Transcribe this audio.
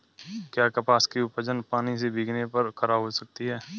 क्या कपास की उपज पानी से भीगने पर खराब हो सकती है?